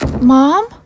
Mom